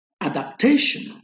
adaptation